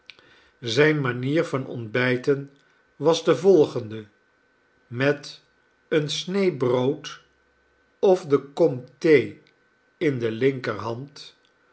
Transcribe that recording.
zijne manier van ontbijten was de volgende met eene snee brood of de kom thee in de linkerhand